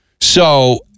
So-